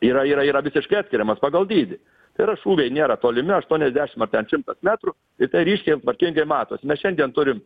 yra yra yra visiškai atskiriamas pagal dydį tai yra šūviai nėra tolimi aštuoniasdešim ar ten šimtas metrų ir tai ryškiai tvarkingai matosi mes šiandien turim